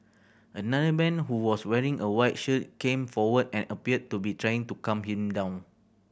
another man who was wearing a white shirt came forward and appeared to be trying to calm him down